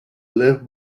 left